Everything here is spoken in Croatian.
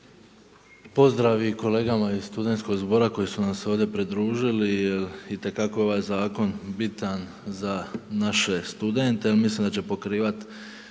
Pozdrav i kolegama iz Studentskog zbora koji su nam se ovdje pridružili jer itekako je ovaj zakon bitan za naše studente jer mislim da će pokrivati